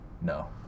no